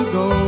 go